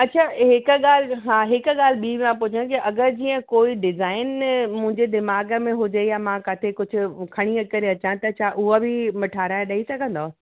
अच्छा हिक ॻाल्हि हा हिक ॻाल्हि ॿी मां पुछां थी जीअं अगरि कोई डिजाइन मुंहिंजे दीमाग़ु में हुजे या मां किथे कुझु खणी करे अचां त छा हूअ बि ठहाराए ॾेई सघंदव